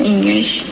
English